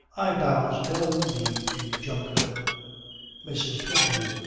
i bows no knee to junkerdom mrs. twymley.